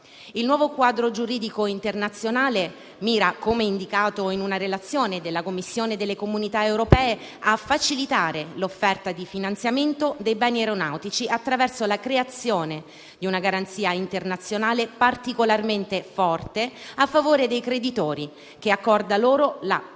Il nuovo quadro giuridico internazionale mira - come indicato in una relazione della Commissione europea - a facilitare l'offerta di finanziamento dei beni aeronautici attraverso la creazione di una garanzia internazionale particolarmente forte a favore dei creditori, che accorda loro la prelazione